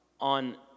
on